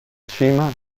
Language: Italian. cima